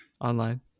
online